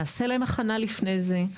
נעשה להם הכנה לפני זה.